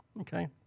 Okay